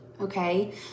Okay